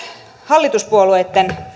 hallituspuolueitten